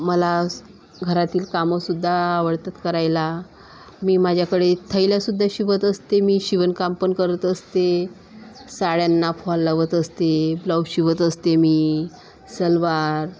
मला घरातील कामंसुद्धा आवडतात करायला मी माझ्याकडे थैल्यासुद्धा शिवत असते मी शिवणकाम पण करत असते साड्यांना फॉल लावत असते ब्लाऊज शिवत असते मी सलवार